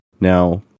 now